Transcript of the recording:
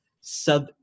sub